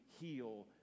heal